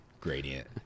gradient